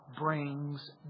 brings